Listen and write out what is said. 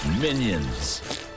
Minions